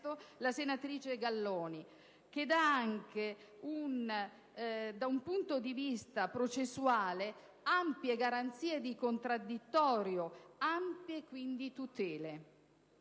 la senatrice Gallone, che da un punto di vista processuale dà anche ampie garanzie di contraddittorio e quindi ampie tutele.